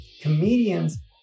Comedians